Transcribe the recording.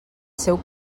seu